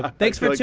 ah thanks for like